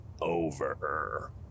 over